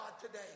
today